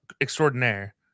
extraordinaire